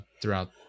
throughout